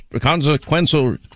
consequential